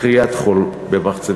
כריית חול במחצבה,